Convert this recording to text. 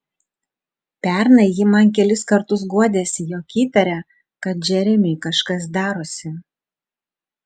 pernai ji man kelis kartus guodėsi jog įtaria kad džeremiui kažkas darosi